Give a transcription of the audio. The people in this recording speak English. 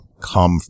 come